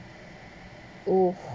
oh